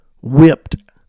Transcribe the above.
whipped